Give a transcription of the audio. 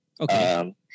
Okay